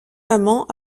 amand